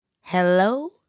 hello